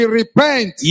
repent